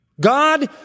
God